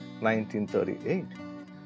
1938